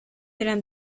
eran